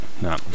No